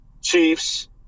chiefs